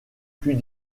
plus